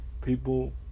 people